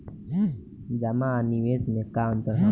जमा आ निवेश में का अंतर ह?